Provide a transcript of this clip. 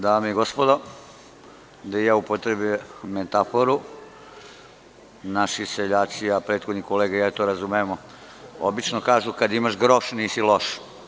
Dame i gospodo, da i ja upotrebim metaforu, naši seljaci, a prethodni kolega i ja to razumemo, obično kažu – kada imaš groš, nisi loš.